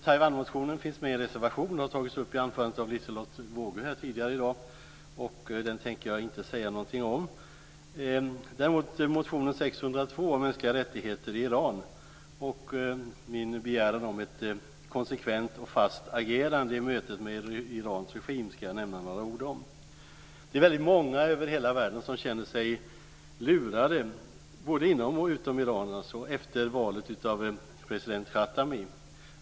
Taiwanmotionen finns med i en reservation och har tagits upp i anförandet av Liselotte Wågö tidigare här i dag, och den tänker jag inte säga någonting om. Däremot ska jag nämna några ord om motion 602 om mänskliga rättigheter i Iran och min begäran om ett konsekvent och fast agerande i mötet med Irans regim. Det är väldigt många över hela världen som känner sig lurade, både inom och utom Iran, efter valet av president Khatami.